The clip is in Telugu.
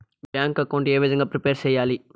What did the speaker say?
బ్యాంకు అకౌంట్ ఏ విధంగా ప్రిపేర్ సెయ్యాలి?